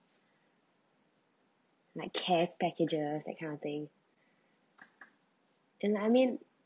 like care packages that kind of thing and I mean